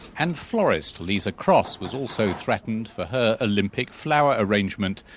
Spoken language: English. and florist lisa cross was also threatened for her olympic flower arrangement,